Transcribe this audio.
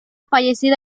fallecida